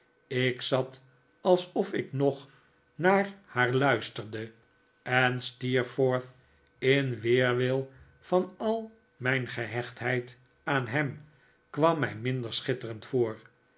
ik zat alsof ik nog naar haar luisterde en steerforth in weerwil van al mijn gehechtheid aan hem kwam mij minder schitterend voor